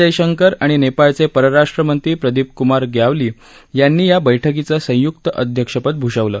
जयशंकर आणि नेपाळचे परराष्ट्रमंत्री प्रदीप क्मार ग्यावाली यांनी या बैठकीचं संय्क्त अध्यक्षपद भ्षवलं